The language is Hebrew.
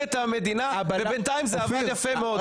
את המדינה ובינתיים זה עבד יפה מאוד.